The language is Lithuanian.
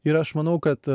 ir aš manau kad